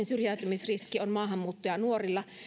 syrjäytymisriski on maahanmuuttajanuorilla